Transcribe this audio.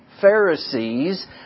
Pharisees